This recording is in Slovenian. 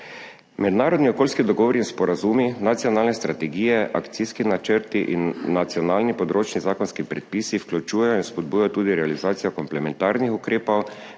Mednarodni okoljski dogovori in sporazumi, nacionalne strategije, akcijski načrti in nacionalni področni zakonski predpisi vključujejo in spodbujajo tudi realizacijo komplementarnih ukrepov